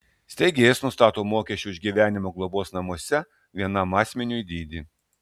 steigėjas nustato mokesčio už gyvenimą globos namuose vienam asmeniui dydį